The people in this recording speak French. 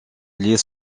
aller